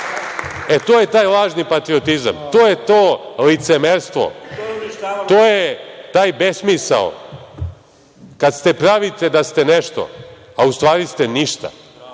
To je taj lažni patriotizam, to je to licemerstvo, to je taj besmisao kad se pravite da ste nešto, a u stvari ste